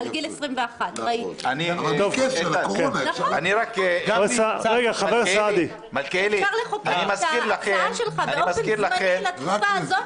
עד גיל 21. אפשר לחוקק את ההצעה שלך באופן זמני לתקופה הזאת,